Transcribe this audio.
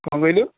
କ'ଣ କହିଲୁ